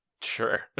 sure